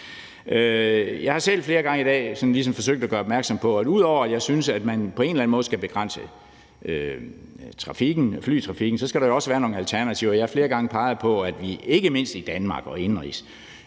Jeg har selv flere gange i dag sådan ligesom forsøgt at gøre opmærksom på, at udover at jeg synes, at man på en eller anden måde skal begrænse flytrafikken, så skal der jo også være nogle alternativer. Jeg har flere gange peget på, at vi i Danmark jo i sin